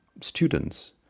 students